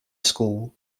school